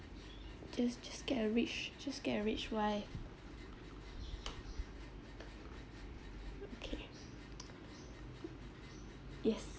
just just get a rich just get a rich wife okay yes